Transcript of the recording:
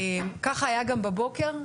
כך היה גם בבוקר,